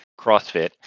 CrossFit